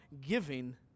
giving